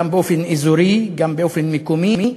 גם באופן אזורי, גם באופן מקומי,